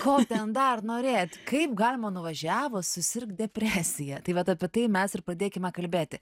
ko ten dar norėt kaip galima nuvažiavus susirgt depresija tai vat apie tai mes ir pradėkime kalbėti